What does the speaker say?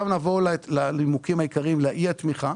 נעבור לנימוקים העיקריים לאי התמיכה.